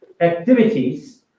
activities